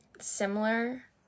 similar